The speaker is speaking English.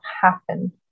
happen